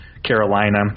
Carolina